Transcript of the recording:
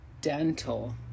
dental